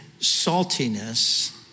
saltiness